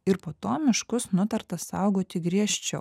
ir po to miškus nutarta saugoti griežčiau